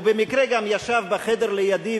הוא במקרה גם ישב בחדר לידי,